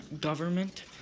government